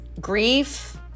grief